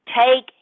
take